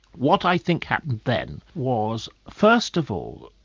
what i think happened then was first of all,